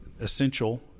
essential